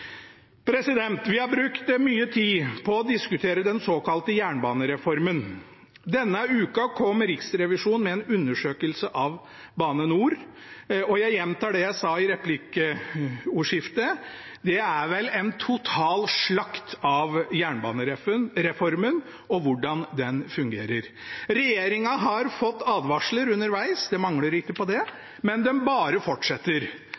Vi har brukt mye tid på å diskutere den såkalte jernbanereformen. Denne uka kom Riksrevisjonen med en undersøkelse av Bane NOR, og jeg gjentar det jeg sa i replikkordskiftet: Det er vel en total slakt av jernbanereformen og hvordan den fungerer. Regjeringen har fått advarsler underveis, det mangler ikke på det, men de bare fortsetter.